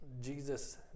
Jesus